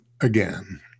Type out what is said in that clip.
again